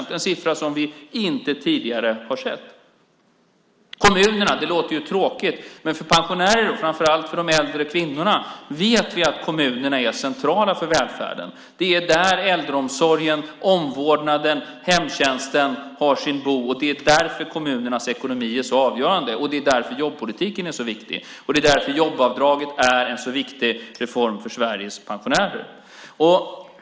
Det är en siffra som vi tidigare inte har sett. Det låter tråkigt. Men för pensionärerna och framför allt för de äldre kvinnorna vet vi att kommunerna är centrala för välfärden. Det är där äldreomsorgen, omvårdnaden och hemtjänsten har sitt bo. Det är därför kommunernas ekonomi är så avgörande och jobbpolitiken är så viktig. Det är därför jobbavdragen är en så viktig reform för Sveriges pensionärer.